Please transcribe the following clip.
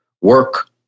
work